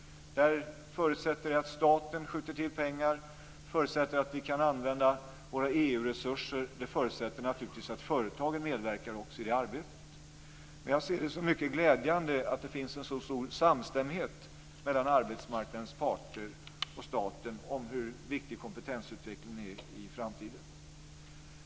Det förutsätter att staten skjuter till pengar och att vi kan använda våra EU-resurser. Men det förutsätter naturligtvis att företagen också medverkar i det arbetet. Jag ser det som mycket glädjande att det finns en så stor samstämmighet mellan arbetsmarknadens parter och staten om hur viktig kompetensutvecklingen är i framtiden.